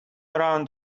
around